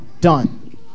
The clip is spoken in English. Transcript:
done